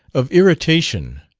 of irritation,